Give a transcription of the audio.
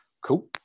Cool